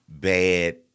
Bad